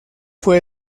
fue